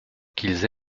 qu’ils